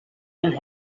and